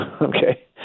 okay